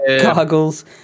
goggles